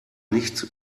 nicht